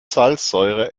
salzsäure